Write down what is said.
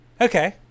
Okay